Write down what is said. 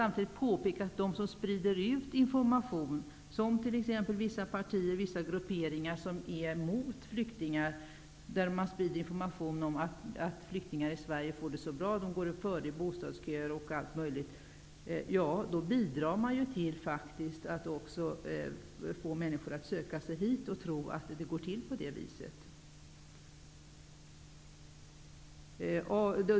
Samtidigt är det så att de som sprider informa tion, t.ex. vissa partier och vissa grupper som är emot flyktingar, om att flyktingar i Sverige får det så bra -- att de går före i bostadskön och allt möj ligt annat -- bidrar till att få människor att söka sig hit i tron att det förhåller sig på det viset.